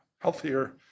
healthier